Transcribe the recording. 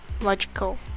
logical